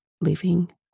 living